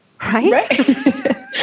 Right